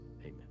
Amen